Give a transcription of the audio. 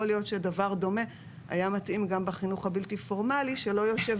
יכול להיות שדבר דומה היה מתאים גם בחינוך הבלתי פורמלי שלא יושב